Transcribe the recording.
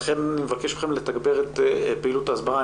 לכן אני מבקש מכם לתגבר את פעילות ההסברה.